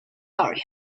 area